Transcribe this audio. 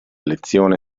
lezione